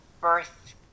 birth